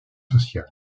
social